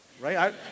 right